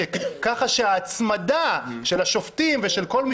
במשק; ככה שההצמדה של השופטים ושל כל מי